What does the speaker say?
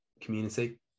community